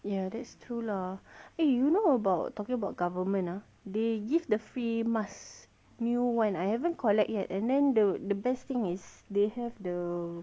ya that's true lah eh you know about talking about government ah they give the free mask new one I haven't collect yet and then the the best thing is they have the